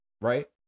right